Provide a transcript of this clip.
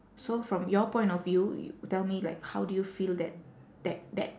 so from your point of view you tell me like how do you feel that that that